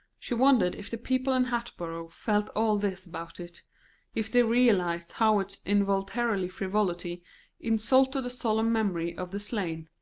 she wondered if the people in hatboro' felt all this about it if they realised how its involuntary frivolity insulted the solemn memory of the slain.